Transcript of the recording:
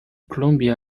columbia